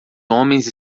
homens